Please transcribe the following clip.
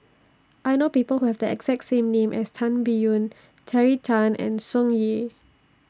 I know People Who Have The exact name as Tan Biyun Terry Tan and Tsung Yeh